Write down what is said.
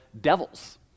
devils